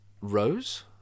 Rose